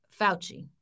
Fauci